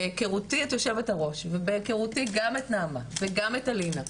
בהיכרותי את יושבת הראש ובהיכרותי גם את נעמה וגם את אלינה,